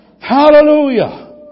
Hallelujah